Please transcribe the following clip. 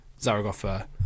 Zaragoza